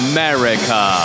America